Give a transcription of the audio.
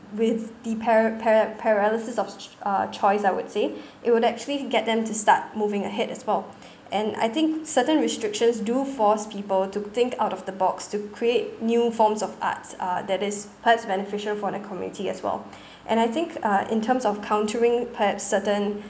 with the para~ para~ paralysis of sh~ uh choice I would say it would actually can get them to start moving ahead as well and I think certain restrictions do force people to think out of the box to create new forms of arts uh that is perhaps beneficial for the community as well and I think uh in terms of countering perhaps certain